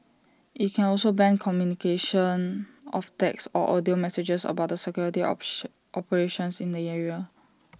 IT can also ban communication of text or audio messages about the security option operations in the area